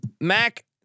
Mac